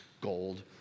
gold